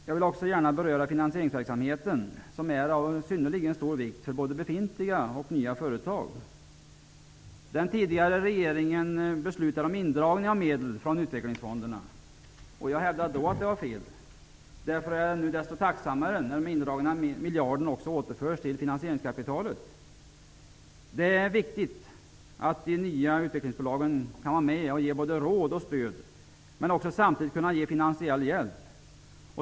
Jag vill också gärna beröra finansieringsverksamheten, som är av synnerligen stor vikt för både befintliga och nya företag. Den tidigare regeringen beslutade om indragning av medel från utvecklingsfonderna. Jag hävdade då att det var fel. Därför är jag nu desto tacksammare när den indragna miljarden har återförts till finansieringskapitalet. Det är viktigt att de nya utvecklingsbolagen kan vara med och ge både råd och stöd, men de skall också kunna ge finansiell hjälp.